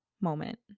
moment